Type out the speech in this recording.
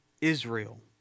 Israel